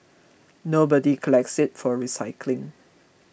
nobody collects it for recycling